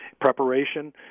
Preparation